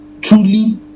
truly